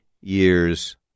years